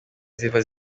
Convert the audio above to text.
ziva